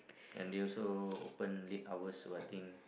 and they also open late hours or what thing